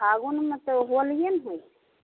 फागुनमे तऽ होलिए ने होइ छै